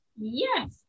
Yes